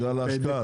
בגלל ההשקעה.